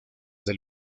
del